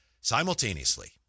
simultaneously